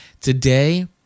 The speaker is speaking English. today